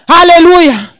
Hallelujah